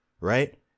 right